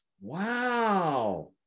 wow